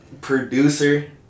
producer